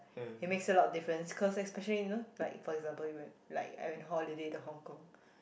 it makes a lot of difference cause especially you know like for example we went like I went holiday to Hong-Kong